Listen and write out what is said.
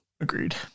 Agreed